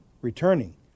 Returning